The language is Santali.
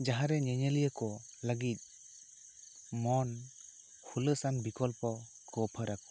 ᱡᱟᱦᱟᱸ ᱨᱮ ᱧᱮᱧᱮᱞᱤᱭᱟᱹ ᱠᱚ ᱞᱟᱹᱜᱤᱫ ᱢᱚᱱ ᱦᱩᱞᱟᱹᱥᱟᱱ ᱵᱤᱠᱚᱞᱯᱚ ᱠᱚᱵᱷᱚᱨᱟᱠᱚ